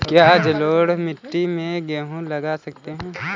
क्या जलोढ़ मिट्टी में गेहूँ लगा सकते हैं?